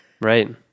Right